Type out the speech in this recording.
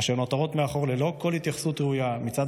אשר נותרות מאחור ללא כל התייחסות ראויה מצד